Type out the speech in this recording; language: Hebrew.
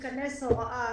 תיכנס הוראה,